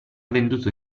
venduto